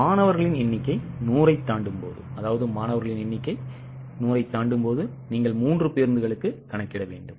மாணவர்களின் எண்ணிக்கை 100 ஐத் தாண்டும்போது நீங்கள் 3 பேருந்துகளுக்கு கணக்கிட வேண்டும்